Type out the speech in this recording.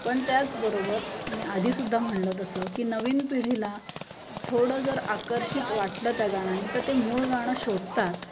पण त्याचबरोबर मी आधी सुद्धा म्हटलं तसं की नवीन पिढीला थोडं जर आकर्षित वाटलं त्या गाण्यानी तर ते मूळ गाणं शोधतात